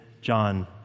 John